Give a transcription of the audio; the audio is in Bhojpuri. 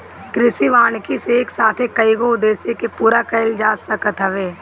कृषि वानिकी से एक साथे कईगो उद्देश्य के पूरा कईल जा सकत हवे